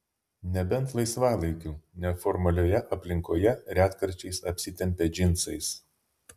nebent laisvalaikiu neformalioje aplinkoje retkarčiais apsitempia džinsais